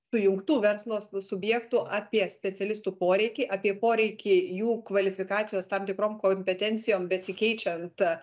sujungtų verslo su subjektų apie specialistų poreikį apie poreikį jų kvalifikacijos tam tikrom kompetencijom besikeičiant